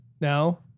no